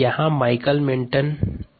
rPpuvvvmSKmS vvmSKmS Michaelis Menten equation है